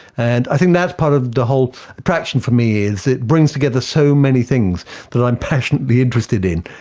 and i think that's part of the whole attraction for me, is it brings together so many things that i am passionately interested in.